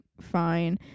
fine